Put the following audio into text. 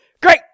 Great